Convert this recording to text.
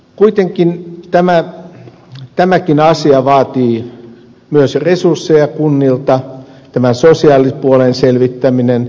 kuitenkin tämäkin asia vaatii myös resursseja kunnilta tämä sosiaalipuolen selvittäminen